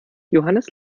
johannes